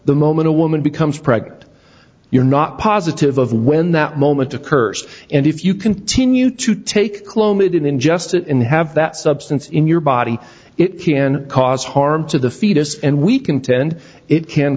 the moment a woman becomes pregnant you're not positive of when that moment to curse and if you continue to take clomid ingest it in have that substance in your body it can cause harm to the fetus and we contend it can